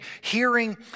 Hearing